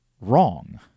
wrong